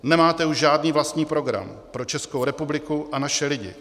Nemáte už žádný vlastní program pro Českou republiku a naše lidi.